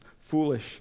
foolish